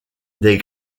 des